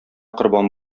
корбан